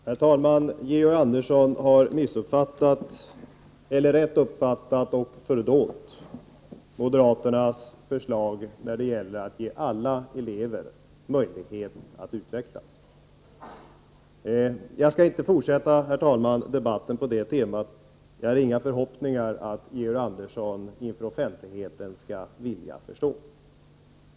Herr talman! Georg Andersson har missuppfattat — eller rätt uppfattat och fördolt — moderaternas förslag när det gäller att ge alla elever möjlighet att utvecklas. Men, herr talman, jag skall inte fortsätta debatten på det temat. Jag har inga förhoppningar om att Georg Andersson inför offentligheten skall visa en vilja att förstå.